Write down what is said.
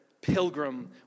pilgrim